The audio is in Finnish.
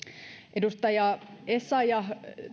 edustaja essayah